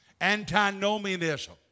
antinomianism